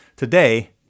Today